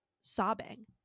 sobbing